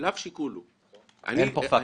אני מסביר.